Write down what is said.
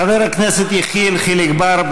חבר הכנסת יחיאל חיליק בר,